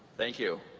thank you.